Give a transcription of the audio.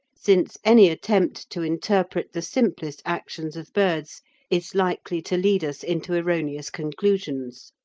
since any attempt to interpret the simplest actions of birds is likely to lead us into erroneous conclusions.